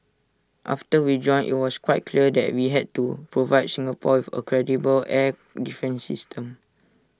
after we joined IT was quite clear that we had to provide Singapore with A credible air defence system